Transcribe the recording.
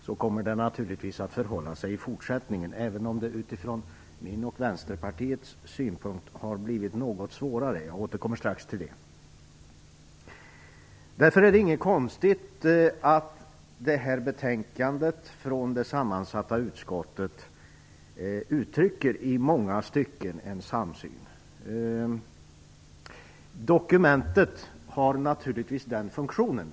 Så kommer det naturligtvis att förhålla sig även i fortsättningen, även om det utifrån min och Vänsterpartiets synpunkt har blivit något svårare. Jag återkommer strax till det. Därför är det inte konstigt att det här betänkandet från det sammansatta utskottet i många stycken uttrycker en samsyn. Dokumentet har naturligtvis den funktionen.